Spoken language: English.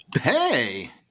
Hey